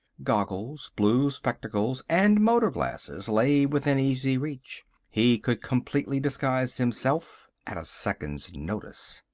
goggles, blue spectacles and motor glasses lay within easy reach he could completely disguise himself at a second's notice.